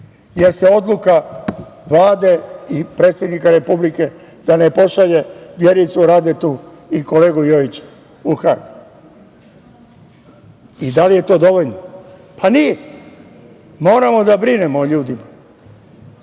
jeste odluka Vlade i predsednika Republike da ne pošalje Vjericu Radetu i kolegu Jojića u Hag. Da li je to dovoljno? Pa, nije, moramo da brinemo o ljudima. Ono